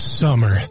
summer